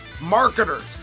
marketers